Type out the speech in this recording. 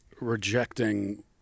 rejecting